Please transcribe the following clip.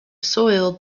soiled